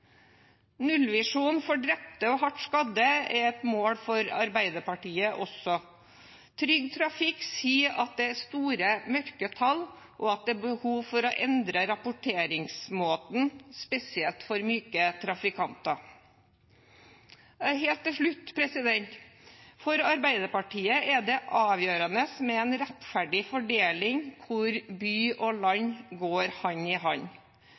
Nullvisjonen for drepte og hardt skadde er et mål for Arbeiderpartiet også. Trygg Trafikk sier at det er store mørketall, og at det er behov for å endre rapporteringsmåten, spesielt for myke trafikanter. Helt til slutt: For Arbeiderpartiet er det avgjørende med en rettferdig fordeling hvor by og land går hand i hand